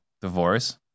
divorce